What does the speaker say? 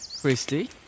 Christy